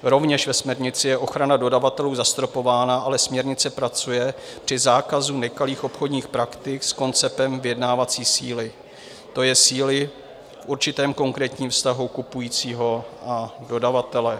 Rovněž ve směrnici je ochrana dodavatelů zastropována, ale směrnice pracuje při zákazu nekalých obchodních praktik s konceptem vyjednávací síly, to je síly v určitém konkrétním vztahu kupujícího a dodavatele.